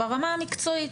ברמה המקצועית.